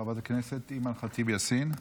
חברת הכנסת אימאן ח'טיב יאסין,